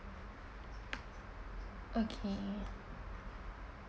okay